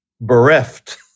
bereft